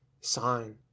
sign